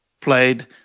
played